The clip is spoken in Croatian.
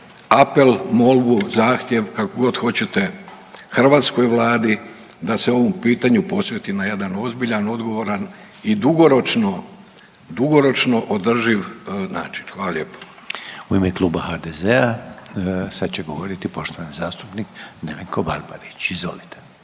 apel, molbu, zahtjev kako god hoćete hrvatskoj Vladi da se ovom pitanju posveti na jedan ozbiljan, odgovoran i dugoročno održiv način. Hvala lijepa. **Reiner, Željko (HDZ)** U ime kluba HDZ-a sad će govoriti poštovani zastupnik Nevenko Barbarić. Izvolite.